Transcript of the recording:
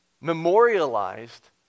memorialized